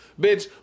Bitch